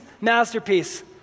masterpiece